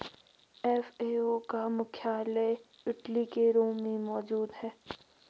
FAO का मुख्यालय Italy के रोम में मौजूद है